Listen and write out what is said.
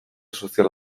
sozial